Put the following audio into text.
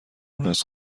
مونس